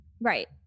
Right